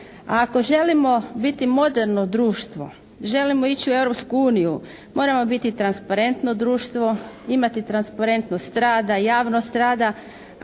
Ako želimo biti moderno društvo, želimo ići u Europsku uniju, moramo biti transparentno društvo, imati transparentnost rada, javnost rada.